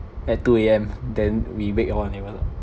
at two A_M then we wait